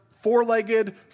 four-legged